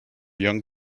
young